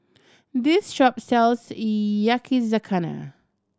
this shop sells Yakizakana